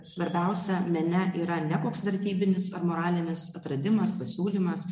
svarbiausia mene yra ne koks vertybinis ar moralinis atradimas pasiūlymas